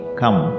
come